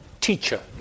teacher